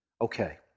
Okay